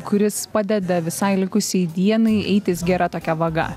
kuris padeda visai likusiai dienai eitis gera tokia vaga